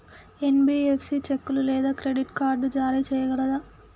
NBFC చెక్కులు లేదా credit card జారీ చేయగలదా?